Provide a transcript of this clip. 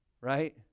Right